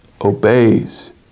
Obeys